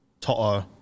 Toto